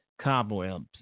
cobwebs